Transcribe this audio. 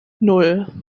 nan